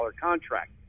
contract